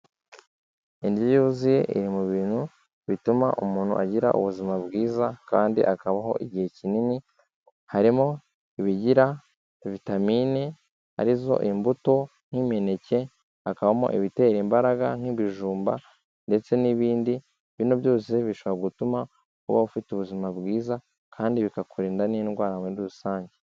Indyo yuzuye iri mu bintu bituma umuntu agira ubuzima bwiza kandi akabaho igihe kinini, harimo ibigira vitamine ari zo imbuto nk'imineke, hakabamo ibitera imbaraga nk'ibijumba ndetse n'ibindi. Bino byose bishobora gutuma uba ufite ubuzima bwiza kandi bikakurinda n'indwara muri rusange.